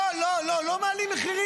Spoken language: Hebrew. לא, לא, לא מעלים מחירים.